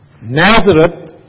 Nazareth